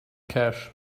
cash